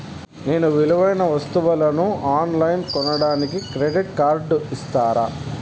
నేను విలువైన వస్తువులను ఆన్ లైన్లో కొనడానికి క్రెడిట్ కార్డు ఇస్తారా?